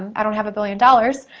i don't have a billion dollars.